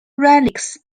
relics